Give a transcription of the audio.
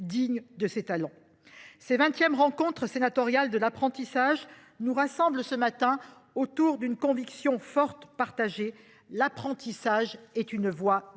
vingtième édition des rencontres sénatoriales de l’apprentissage nous rassemble ce matin autour d’une conviction forte et partagée : l’apprentissage est une voie